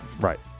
Right